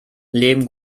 leben